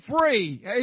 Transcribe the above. free